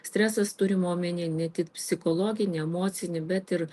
stresas turima omeny ne tik psichologinį emocinį bet ir